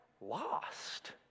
lost